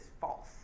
false